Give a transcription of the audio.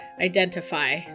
Identify